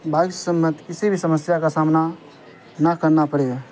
bike سے سمبندھت کسی بھی سمسیا کا سامنا نہ کرنا پڑے